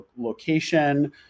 location